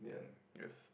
mm yes